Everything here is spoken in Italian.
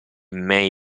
may